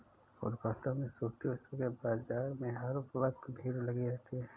कोलकाता में सूती वस्त्रों के बाजार में हर वक्त भीड़ लगी रहती है